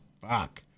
Fuck